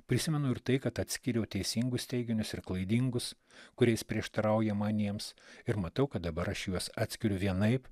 prisimenu ir tai kad atskyriau teisingus teiginius ir klaidingus kuriais prieštarauja maniems ir matau kad dabar aš juos atskiriu vienaip